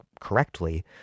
correctly